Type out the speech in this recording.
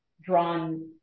drawn